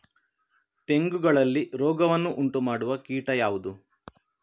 ತೆಂಗುಗಳಲ್ಲಿ ರೋಗವನ್ನು ಉಂಟುಮಾಡುವ ಕೀಟ ಯಾವುದು?